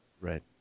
Right